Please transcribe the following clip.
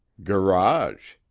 garage,